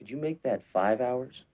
could you make that five hours